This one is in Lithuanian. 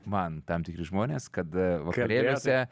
man tam tikri žmonės kad vakarėliuose